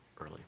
early